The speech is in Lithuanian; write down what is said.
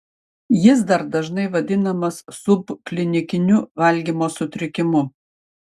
jis dar dažnai vadinamas subklinikiniu valgymo sutrikimu